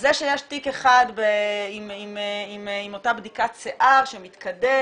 זה שיש תיק אחד עם אותה בדיקת שיער שמתקדם